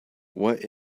what